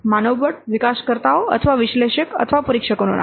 માનવબળ વિકાસકર્તાઓ અથવા વિશ્લેષક અથવા પરીક્ષકોનું નામ